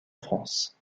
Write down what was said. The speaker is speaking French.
france